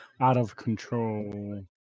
out-of-control